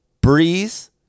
Breeze